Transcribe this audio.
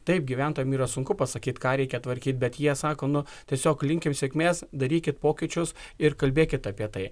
taip gyventojam yra sunku pasakyt ką reikia tvarkyt bet jie sako nu tiesiog linkim sėkmės darykit pokyčius ir kalbėkit apie tai